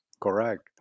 correct